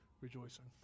rejoicing